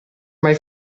mai